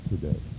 today